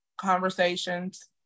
conversations